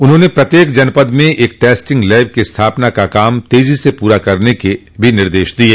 उन्होंने प्रत्येक जनपद में एक टेस्टिंग लैब की स्थापना का कार्य तेजी से पूरा करने के निर्देश दिये